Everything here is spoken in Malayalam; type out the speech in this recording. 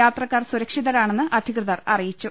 യാത്രക്കാർ സുരക്ഷിതരാണെന്ന് അധികൃതർ അറിയിച്ചു